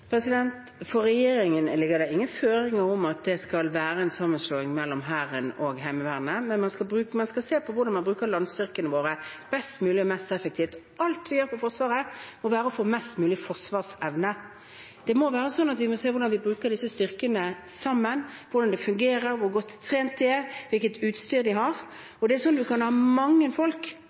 For regjeringen ligger det ingen føringer om at det skal være en sammenslåing av Hæren og Heimevernet. Man skal se på hvordan man bruker landstyrkene våre best mulig og mest mulig effektivt. Alt vi gjør når det gjelder Forsvaret, er for å få mest mulig forsvarsevne. Vi må se hvordan vi bruker disse styrkene sammen, hvordan de fungerer, hvor godt trent de er, og hvilket utstyr de har. Det er sånn at man kan ha mange folk,